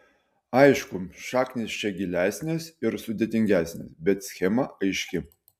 aišku šaknys čia gilesnės ir sudėtingesnės bet schema aiški